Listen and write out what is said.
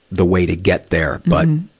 the way to get there. but,